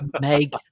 make